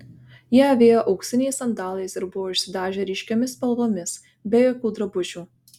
jie avėjo auksiniais sandalais ir buvo išsidažę ryškiomis spalvomis be jokių drabužių